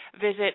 visit